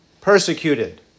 persecuted